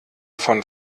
von